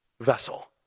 vessel